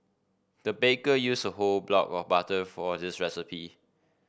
the baker used a whole block of butter for this recipe